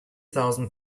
thousand